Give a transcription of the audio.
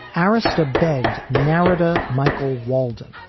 arista begged narrow to michael walden,